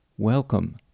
Welcome